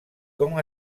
com